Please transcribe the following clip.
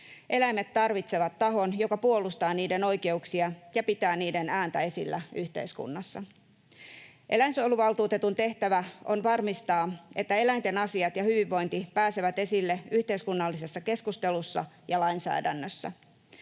Eläimet tarvitsevat tahon, joka puolustaa niiden oikeuksia ja pitää niiden ääntä esillä yhteiskunnassa. Eläinsuojeluvaltuutetun tehtävä on varmistaa, että eläinten asiat ja hyvinvointi pääsevät esille yhteiskunnallisessa keskustelussa ja lainsäädännössä.